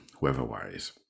weather-wise